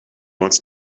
wants